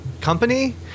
company